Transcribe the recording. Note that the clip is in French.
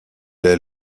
est